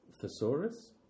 thesaurus